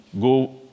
go